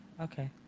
Okay